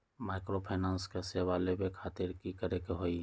Microfinance के सेवा लेबे खातीर की करे के होई?